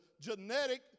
genetic